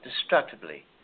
destructively